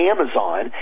Amazon